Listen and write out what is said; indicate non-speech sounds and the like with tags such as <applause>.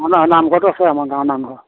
<unintelligible> নামঘৰটো আছে আমাৰ গাঁৱৰ নামঘৰ